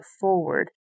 forward